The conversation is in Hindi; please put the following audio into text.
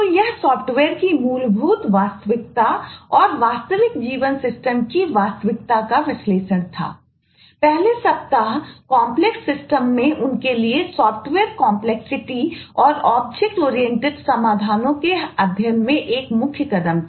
तो यह सॉफ्टवेयर समाधानों के अध्ययन में एक मुख्य कदम था